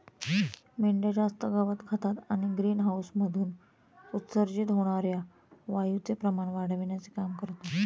मेंढ्या जास्त गवत खातात आणि ग्रीनहाऊसमधून उत्सर्जित होणार्या वायूचे प्रमाण वाढविण्याचे काम करतात